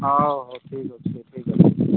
ହଉ ହଉ ଠିକ ଅଛି ଠିକ ଅଛି